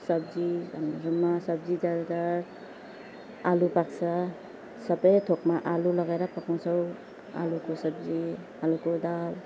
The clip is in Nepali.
सब्जी अनि हाम्रोमा सब्जी चल्छ आलु पाक्छ सबै थोकमा आलु लगाएर पकाउँछौँ आलुको सब्जी आलुको दाल